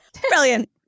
Brilliant